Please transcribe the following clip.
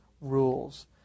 rules